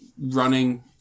running